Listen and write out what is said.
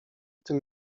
tym